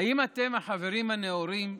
האם אתם, החברים הנאורים,